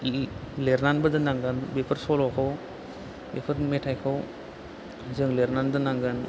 लिरनानैबो दोननांगोन बेफोर सल'खौ बेफोर मेथाइखौ जों लिरनानै दोननांगोन